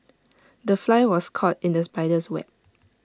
the fly was caught in the spider's web